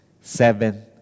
Seven